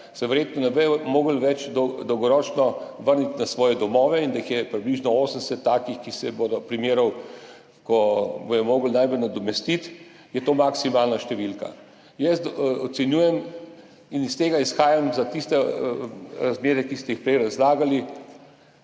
se verjetno ne bodo mogli več dolgoročno vrniti v svoje domove in da jih je približno 80 takih primerov, ki bodo morali najbolj nadomestiti, je to maksimalna številka. Jaz ocenjujem in iz tega izhajam, za tiste razmere, ki ste jih prej razlagali,